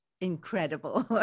incredible